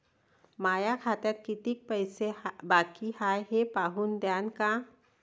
माया खात्यात कितीक पैसे बाकी हाय हे पाहून द्यान का?